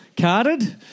carded